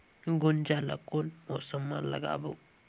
गुनजा ला कोन मौसम मा लगाबो?